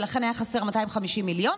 ולכן היו חסרים 250 מיליון,